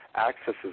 accesses